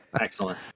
Excellent